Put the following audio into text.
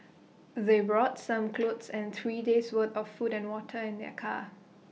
they brought some clothes and three days' worth of food and water in their car